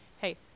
hey